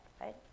right